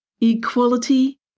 equality